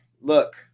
Look